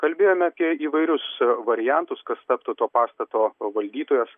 kalbėjome apie įvairius variantus kas taptų to pastato valdytojas